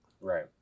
Right